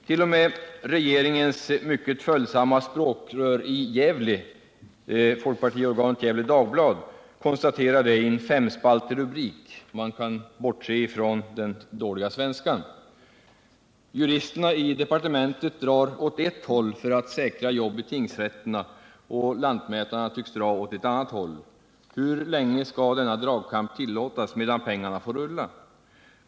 T. o. m. regeringens mycket följsamma språkrör i Gävle, folkpartiorganet Gefle Dagblad, konstaterar det i en femspaltig rubrik — man kan bortse från den dåliga svenskan. Juristerna i departementet drar åt ett håll för att säkra jobb i tingsrätterna och lantmätarna tycks dra åt ett annat håll. Hur länge skall denna dragkamp tillåtas medan pengarna får rulla?